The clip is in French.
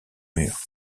murs